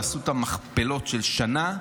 תעשו את המכפלות של שנה,